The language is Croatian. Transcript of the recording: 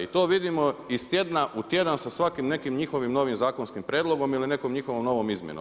I to vidimo iz tjedna u tjedan sa svakim nekim njihovim novim zakonskim prijedlogom ili nekom njihovom novom izmjenom.